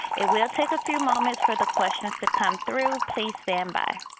it will take a few moments for the questions to come through. please standby.